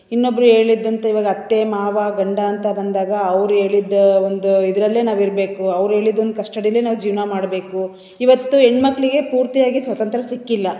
ಇನ್ನೊಬ್ರು ಹೇಳಿದಂತೆ ಇವಾಗ ಅತ್ತೆ ಮಾವ ಗಂಡ ಅಂತ ಬಂದಾಗ ಅವ್ರು ಹೇಳಿದ್ದ ಒಂದು ಇದರಲ್ಲೇ ನಾವಿರಬೇಕು ಅವ್ರು ಹೇಳಿದೊಂದ್ ಕಸ್ಟಡಿಯಲ್ಲೇ ನಾವು ಜೀವನ ಮಾಡಬೇಕು ಇವತ್ತು ಹೆಣ್ಮಕ್ಳಿಗೆ ಪೂರ್ತಿಯಾಗಿ ಸ್ವತಂತ್ರ ಸಿಕ್ಕಿಲ್ಲ